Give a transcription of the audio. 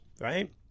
right